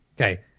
Okay